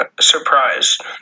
surprised